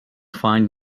find